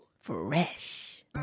Fresh